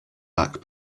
back